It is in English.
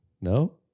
No